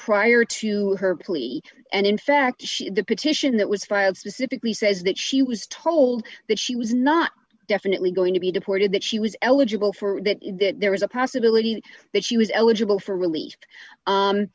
prior to her plea and in fact the petition that was filed specifically says that she was told that she was not definitely going to be deported that she was eligible for that that there was a possibility that she was eligible for rel